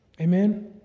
Amen